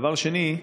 דבר שני,